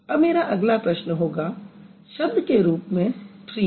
अब मेरा अगला प्रश्न होगा शब्द के रूप में ट्रीज़